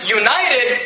united